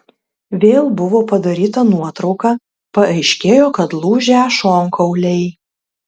vėl buvo padaryta nuotrauka paaiškėjo kad lūžę šonkauliai